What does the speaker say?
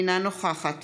אינה נוכחת